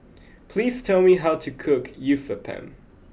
please tell me how to cook Uthapam